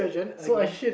okay